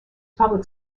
public